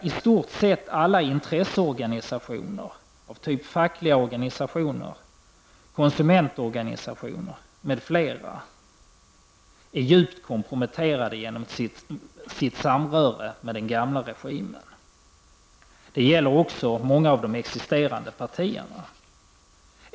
I stort sett alla intressorganisationer av typ fackliga organisationer, konsumentorganisationer m.fl. är djupt komprometterade genom sitt samröre med den gamla regimen. Det gäller också många av de existerande partierna.